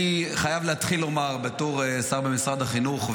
אני חייב להתחיל לומר בתור שר במשרד החינוך,